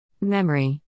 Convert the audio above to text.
memory